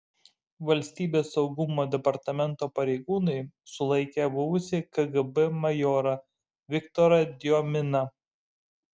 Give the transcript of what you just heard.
valstybės saugumo departamento pareigūnai sulaikė buvusį kgb majorą viktorą diominą